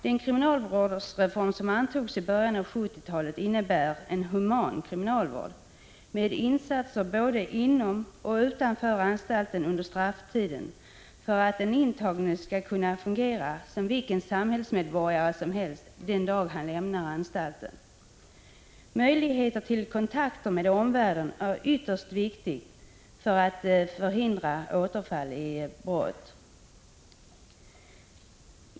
Den kriminalvårdsreform som antogs i början av 1970-talet innebär en human kriminalvård med insatser både inom och utanför anstalten under strafftiden för att den intagne skall kunna fungera som vilken medborgare som helst den dag han lämnar anstalten. Möjligheter till kontakter med omvärlden är ytterst viktiga för att förhindra återfall i brott.